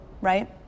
right